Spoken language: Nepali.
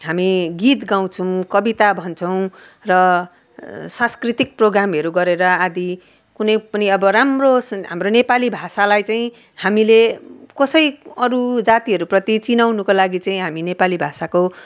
हामी गीत गाउँछौँ कविता भन्छौँ र सांस्कृतिक प्रोग्रामहरू गरेर आदि कुनै पनि अब राम्रो हाम्रो नेपाली भाषालाई चाहिँ हामीले कसै अरू जातिहरू प्रति चिनाउनुको लागि चाहिँ हामी नेपाली भाषाको